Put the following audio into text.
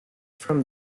from